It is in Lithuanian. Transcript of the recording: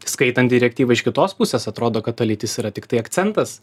skaitant direktyvą iš kitos pusės atrodo kad ta lytis yra tiktai akcentas